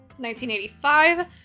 1985